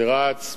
שרץ,